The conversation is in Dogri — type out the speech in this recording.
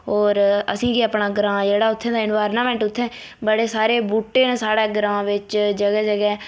होर असेंगी अपना ग्रांऽ जेह्ड़ा उत्थैं दा एनवायरनमेंट उत्थै बड़े सारे बूह्टे न साढ़ै ग्रांऽ बिच्च जगहे् जगहे्